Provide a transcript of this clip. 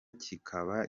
kikaba